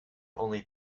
only